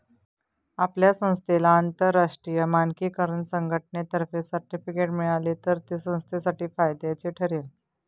आपल्या संस्थेला आंतरराष्ट्रीय मानकीकरण संघटनेतर्फे सर्टिफिकेट मिळाले तर ते संस्थेसाठी फायद्याचे ठरेल